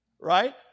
right